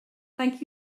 thank